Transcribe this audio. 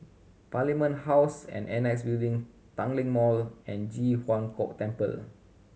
Parliament House and Annexe Building Tanglin Mall and Ji Huang Kok Temple